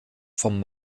vom